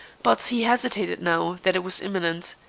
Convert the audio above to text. but he hesitated now that it was imminent.